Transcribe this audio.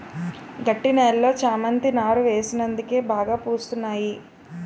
గట్టి నేలలో చేమంతి నారు వేసినందుకే బాగా పూస్తున్నాయి